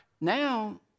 now